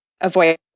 avoid